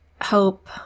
hope